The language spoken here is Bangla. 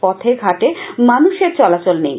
পথে ঘাটে মানুষেরও চলাচল নেই